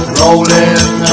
rolling